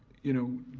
you know,